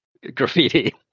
graffiti